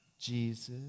Jesus